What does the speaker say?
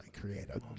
creative